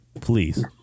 please